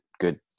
good